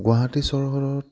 গুৱাহাটী চহৰত